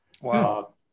Wow